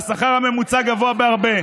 והשכר הממוצע גבוה בהרבה.